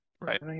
Right